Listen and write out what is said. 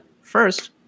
first